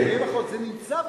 זה נמצא בחוק.